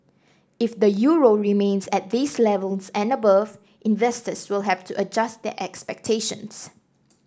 if the euro remains at these levels and above investors will have to adjust their expectations